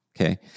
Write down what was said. Okay